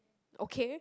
okay